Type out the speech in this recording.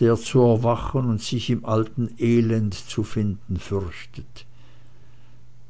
der zu erwachen und sich im alten elende zu finden fürchtet